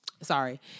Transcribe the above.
Sorry